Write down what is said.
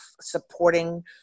supporting